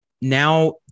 Now